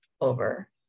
over